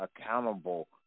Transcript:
accountable